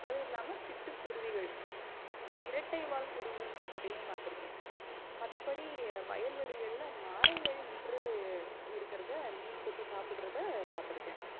அது இல்லாம சிட்டுக்குருவிகள் இரட்டைவால் குருவி அதையும் பார்த்துருக்கேன் மற்றபடி வயல்வெளிகளில் நாரைகள் நின்று இருக்குறதை மீன் கொத்தி சாப்பிட்றத பார்த்துருக்கேன்